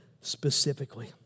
specifically